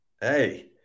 Hey